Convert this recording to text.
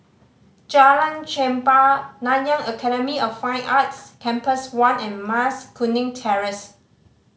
Jalan Chempah Nanyang Academy of Fine Arts Campus One and Mas Kuning Terrace